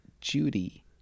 Judy